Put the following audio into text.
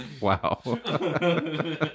Wow